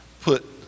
put